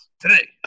today